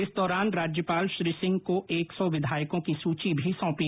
इस दौरान राज्यपाल श्री सिंह को एक सौ विधायकों की सूची भी सौंपी